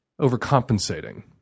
overcompensating